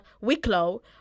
wicklow